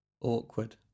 awkward